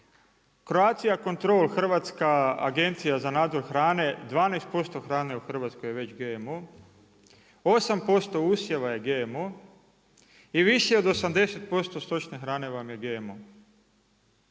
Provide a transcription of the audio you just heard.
Croatia control, Hrvatska agencija za nadzor hrane, 12% hrane je već GMO, 8% usjeva je GMO, i više od 80% stočne hrane vam je GMO.